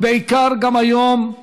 ובעיקר, גם היום,